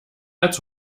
als